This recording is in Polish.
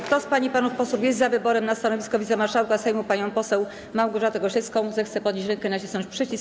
Kto z pań i panów posłów jest za wyborem na stanowisko wicemarszałka Sejmu pani poseł Małgorzaty Gosiewskiej, zechce podnieść rękę i nacisnąć przycisk.